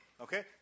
Okay